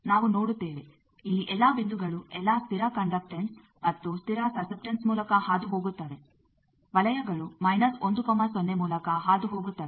ನಾವು ನೋಡುತ್ತೇವೆ ಇಲ್ಲಿ ಎಲ್ಲಾ ಬಿಂದುಗಳು ಎಲ್ಲಾ ಸ್ಥಿರ ಕಂಡಕ್ಟನ್ಸ್ ಮತ್ತು ಸ್ಥಿರ ಸಸ್ಸೆಪ್ಟೆಂಸ್ ಮೂಲಕ ಹಾದುಹೋಗುತ್ತವೆ ವಲಯಗಳು ಮೈನಸ್ ಮೂಲಕ ಹಾದುಹೋಗುತ್ತವೆ